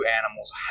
animals